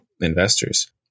investors